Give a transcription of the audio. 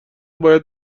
باید